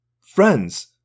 Friends